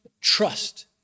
trust